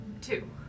Two